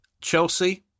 Chelsea